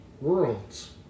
worlds